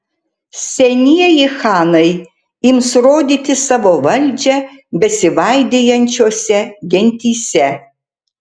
senieji chanai ims rodyti savo valdžią besivaidijančiose gentyse